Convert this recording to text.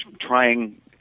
trying